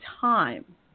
time